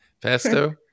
Pesto